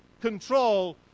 control